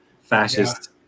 fascist